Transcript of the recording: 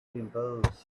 dimples